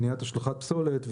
מניעת השלכת פסולת,